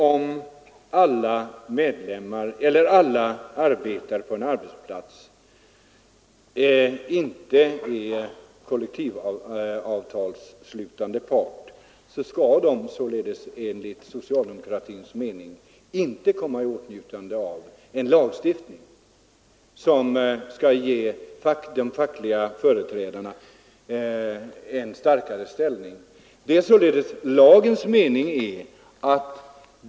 Om inte alla arbetare på en arbetsplats blir kollektivavtalsslutande part skall de således enligt socialdemokratins mening inte komma i åtnjutande av en lagstiftning som ger de fackliga företrädarna en starkare ställning.